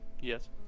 Yes